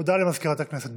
הודעה למזכירת הכנסת.